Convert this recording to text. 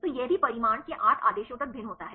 तो यह भी परिमाण के 8 आदेशों तक भिन्न होता है